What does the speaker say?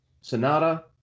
Sonata